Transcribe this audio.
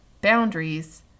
boundaries